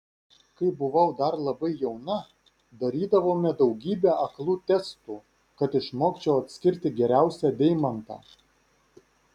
kai buvau dar labai jauna darydavome daugybę aklų testų kad išmokčiau atskirti geriausią deimantą